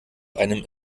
einem